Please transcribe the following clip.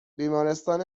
بیمارستان